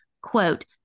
quote